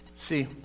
See